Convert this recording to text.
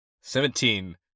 Seventeen